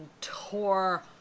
tore